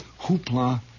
hoopla